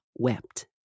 Wept